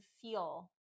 feel